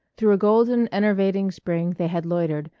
through a golden enervating spring they had loitered,